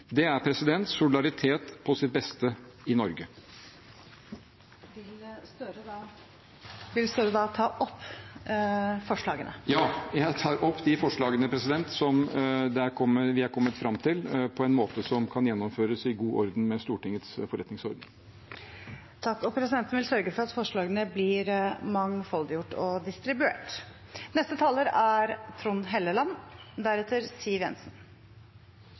Det er solidaritet på sitt beste i Norge. Jeg tar til slutt opp de forslagene som vi er kommet fram til, på en måte som kan gjennomføres i overenstemmelse med Stortingets forretningsorden. Representanten Gahr Støre har tatt opp de forslagene han refererte til. Presidenten vil sørge for at forslagene blir mangfoldiggjort og distribuert. Norge er i en krisesituasjon, og da er